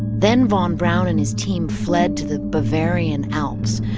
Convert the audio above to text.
then von braun and his team fled to the bavarian alps,